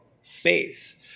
space